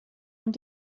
und